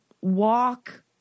walk